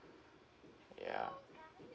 yeah